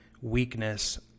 weakness